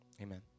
Amen